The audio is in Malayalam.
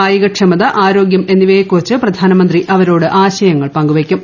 കായികക്ഷമത ആരോഗ്യം എന്നിവയെക്കുറിച്ച് പ്രധാനമന്ത്രി അവരോട് ആശയങ്ങൾ പങ്കുവെ ക്കും